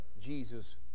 Jesus